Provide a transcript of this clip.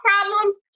problems